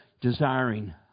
desiring